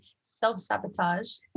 self-sabotage